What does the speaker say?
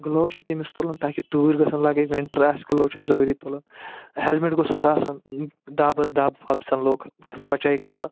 gloves چھُ تٔمِس تُلُن تاکہِ تۭر گٔژھنہٕ لَگٕنۍ وِنٛٹر آسہِ گُلووٕز چھُ ضُروٗری تُلُن ہٮ۪لمِٹ گوٚژھُس آسُن دب حظ دب وب زن لوٚگ تہٕ سُہ بچایہِ کَلہٕ